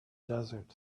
desert